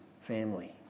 family